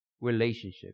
relationship